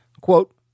Quote